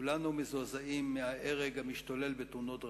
כולנו מזועזעים מההרג המשתולל בתאונות הדרכים,